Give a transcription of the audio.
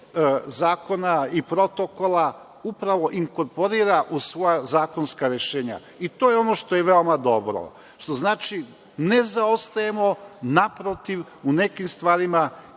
zakona i protokola, upravo inkorporira u svoja zakonska rešenja. To je ono što je veoma dobro, što znači da ne zaostajemo, naprotiv, u nekim stvarima